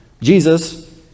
Jesus